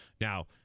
Now